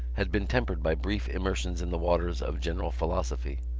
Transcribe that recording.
had been tempered by brief immersions in the waters of general philosophy.